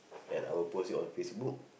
and I will post it on facebook